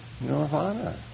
nirvana